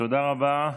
תודה רבה.